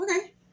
okay